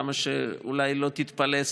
כמה שאולי לא תתפלא,